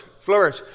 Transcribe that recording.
Flourish